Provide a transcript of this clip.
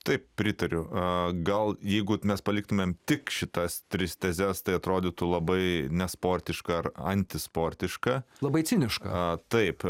taip pritariu a gal jeigu mes paliktumėme tik šitas tris tezes tai atrodytų labai nesportiška ar antisportiška labai ciniška taip